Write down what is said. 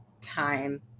time